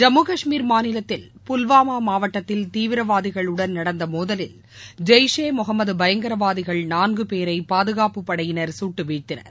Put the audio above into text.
ஜம்மு கஷ்மீர் மாநிலத்தில் புல்வாமா மாவட்டத்தில் தீவிரவாதிகளுடன் நடந்த மோதவில் ஜெய்ஷே முகமது பயங்கரவாதிகள் நான்கு பேரை பாதுகாப்புப் படையினர் சுட்டு வீழ்த்தினர்